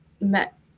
met